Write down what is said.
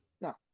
No